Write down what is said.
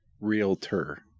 Realtor